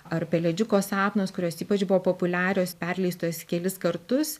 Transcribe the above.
ar pelėdžiuko sapnas kurios ypač buvo populiarios perleistos kelis kartus